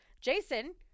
Jason